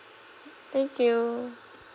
thank you